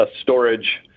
storage